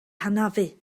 hanafu